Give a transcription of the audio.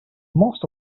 most